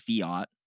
fiat